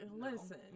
Listen